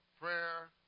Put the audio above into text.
Prayer